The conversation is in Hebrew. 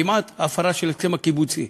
כמעט: הפרה של ההסכם הקיבוצי.